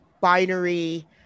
binary